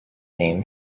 name